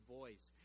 voice